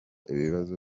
ibibazo